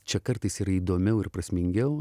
čia kartais yra įdomiau ir prasmingiau